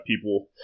people